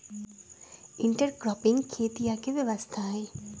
intercropping खेतीया के व्यवस्था हई